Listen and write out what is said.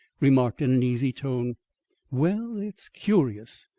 remarked in an easy tone well, it's curious!